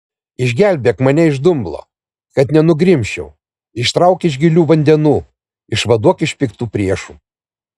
išgelbėk mane iš dumblo kad nenugrimzčiau ištrauk iš gilių vandenų išvaduok iš piktų priešų